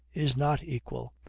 is not equal,